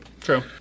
true